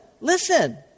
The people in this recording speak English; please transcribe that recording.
listen